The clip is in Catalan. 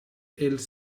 els